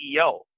CEO